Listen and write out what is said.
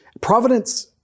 Providence